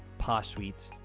posh suites,